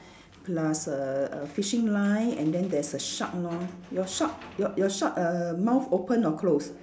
plus a a fishing line and then there's a shark lor your shark your your shark err mouth open or close